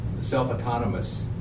self-autonomous